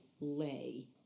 lay